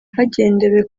hagendewe